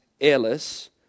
airless